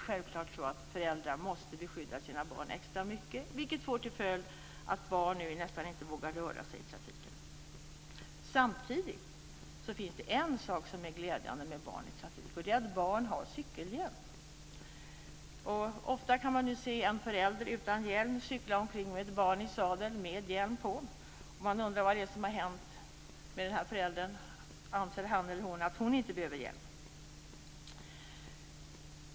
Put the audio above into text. Självklart måste då föräldrar beskydda sina barn extra mycket, vilket får till följd att barn nu nästan inte vågar röra sig i trafiken. Samtidigt finns det en sak som är glädjande när det gäller barn i trafik, och det är att barn har cykelhjälm. Ofta kan man ju se en förälder utan hjälm cykla omkring med ett barn i sadeln som har hjälm. Man undrar vad det är som har hänt med den här föräldern. Anser han eller hon att han eller hon inte behöver hjälm?